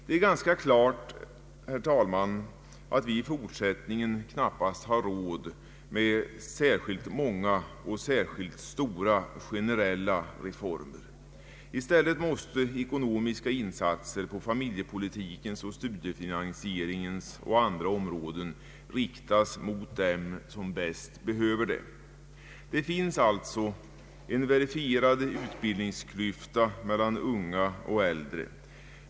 Det är ganska klart, herr talman, att vi i fortsättningen knappast har råd med särskilt många och särskilt stora generella reformer. I stället måste ekonomiska insatser på familjepolitikens och studiefinansieringens områden samt på andra områden riktas mot dem som bäst behöver dem. Det finns alltså en verifierad utbildningsklyfta mellan unga och äldre.